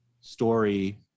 story